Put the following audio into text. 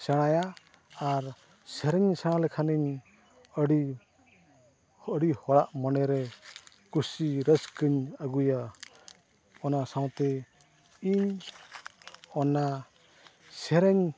ᱥᱮᱬᱟᱭᱟ ᱟᱨ ᱥᱮᱨᱮᱧ ᱥᱮᱬᱟ ᱞᱮᱠᱷᱟᱱᱤᱧ ᱟᱹᱰᱤ ᱟᱹᱰᱤ ᱦᱚᱲᱟᱜ ᱢᱚᱱᱮᱨᱮ ᱠᱩᱥᱤ ᱨᱟᱹᱥᱠᱟᱹᱧ ᱟᱹᱜᱩᱭᱟ ᱚᱱᱟ ᱥᱟᱶᱛᱮ ᱤᱧ ᱚᱱᱟ ᱥᱮᱨᱮᱧ